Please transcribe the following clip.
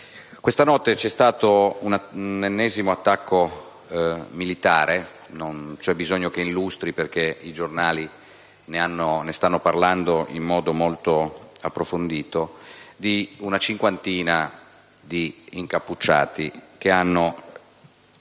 Questa notte c'è stato un ennesimo attacco militare (non c'è bisogno che lo illustri, perché i giornali ne stanno parlando in modo molto approfondito) da parte di una cinquantina di incappucciati, che hanno